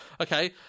Okay